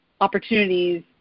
opportunities